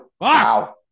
Wow